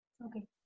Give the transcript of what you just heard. okay